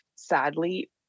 sadly